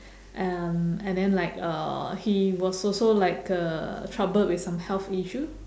and and then like uh he was also like uh troubled with some health issue